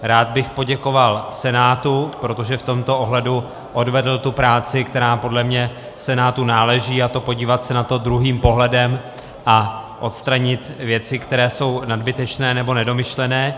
Rád bych poděkoval Senátu, protože v tomto ohledu odvedl tu práci, která podle mě Senátu náleží, a to podívat se na to druhým pohledem a odstranit věci, které jsou nadbytečné nebo nedomyšlené.